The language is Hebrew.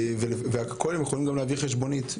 ועל הכול הם יכולים להביא חשבונית.